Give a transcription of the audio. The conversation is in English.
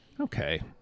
Okay